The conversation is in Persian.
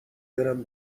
برم